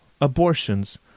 abortions